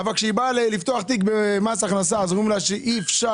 אבל כשהיא באה לפתוח תיק במס הכנסה אז אומרים לה שאי אפשר